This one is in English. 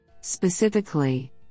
Specifically